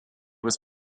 was